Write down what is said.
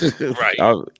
Right